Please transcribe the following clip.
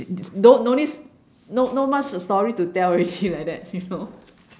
there's no no need no not much the story to tell already like that you know